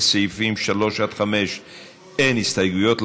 לסעיפים 3 5 אין הסתייגויות,